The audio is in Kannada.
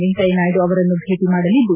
ವೆಂಕಯ್ಲನಾಯ್ದು ಅವರನ್ನು ಭೇಟ ಮಾಡಲಿದ್ದು